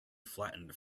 flattened